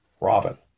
Robin